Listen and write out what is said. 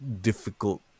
difficult